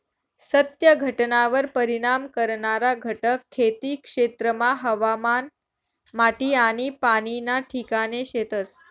सत्य घटनावर परिणाम करणारा घटक खेती क्षेत्रमा हवामान, माटी आनी पाणी ना ठिकाणे शेतस